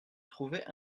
trouvait